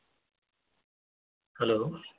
hello